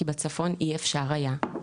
כי בצפון אי אפשר היה,